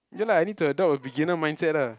ya lah I need to adopt a beginner mindset lah